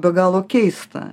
be galo keista